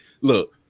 Look